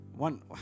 One